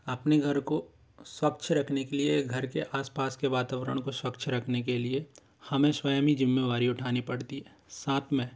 अपने घर को स्वच्छ रखने के लिए घर के आस पास के वातावरण को स्वच्छ रखने के लिए हमें स्वयं ही ज़िम्मेदारी उठानी पड़ती है साथ में